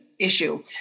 issue